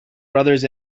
brothers